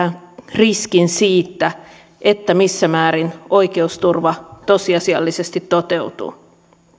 riskin siitä missä määrin oikeusturva tosiasiallisesti toteutuu